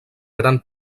gran